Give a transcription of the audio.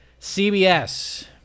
CBS